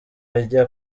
ajya